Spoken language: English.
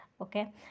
Okay